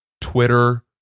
Twitter